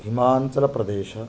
Himachal Pradesh